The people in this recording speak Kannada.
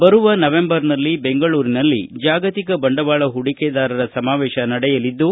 ಬರುವ ನವೆಂಬರ್ನಲ್ಲಿ ದೆಂಗಳೂರಿನಲ್ಲಿ ಜಾಗತಿಕ ಬಂಡವಾಳ ಹೂಡಿಕೆದಾರರ ಸಮಾವೇಶ ನಡೆಯಲಿದ್ದು